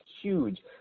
huge